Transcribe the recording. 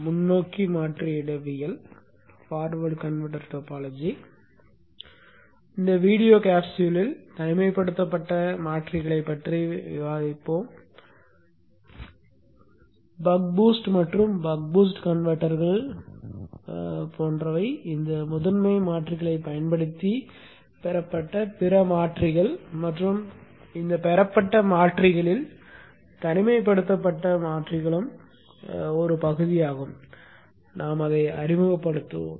முன்னோக்கி மாற்றி இடவியல் இந்த வீடியோ கேப்சூலில் தனிமைப்படுத்தப்பட்ட மாற்றிகளைப் பற்றி விவாதிப்போம் பக் பூஸ்ட் மற்றும் பக் பூஸ்ட் கன்வெர்ட்டர்கள் போன்றவை இந்த முதன்மை மாற்றிகளைப் பயன்படுத்தி பெறப்பட்ட பிற மாற்றிகள் மற்றும் பெறப்பட்ட மாற்றிகளில் தனிமைப்படுத்தப்பட்ட மாற்றிகளும் ஒரு பகுதியாகும் நாம் அறிமுகப்படுத்துவோம்